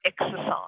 exercise